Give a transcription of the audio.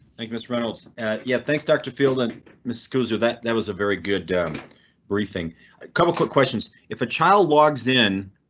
thank miss reynolds yeah thanks doctor field and miscues do that. that was a very good briefing. a couple quick questions. if a child logs in.